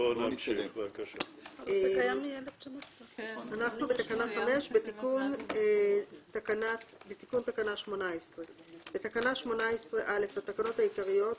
אנחנו בתקנה 5, בתיקון תקנה 18 לתקנות העיקריות.